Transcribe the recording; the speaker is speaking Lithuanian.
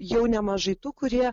jau nemažai tų kurie